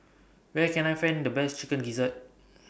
Where Can I Find The Best Chicken Gizzard